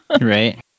Right